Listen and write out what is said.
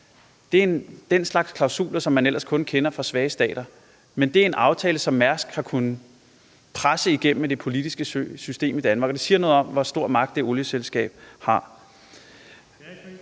Det er den slags klausuler, som man ellers kun kender fra svage stater, men det er en aftale, som Mærsk har kunnet presse igennem i det politiske system i Danmark. Og det siger noget om, hvor stor magt det olieselskab har.